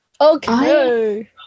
Okay